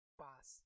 pass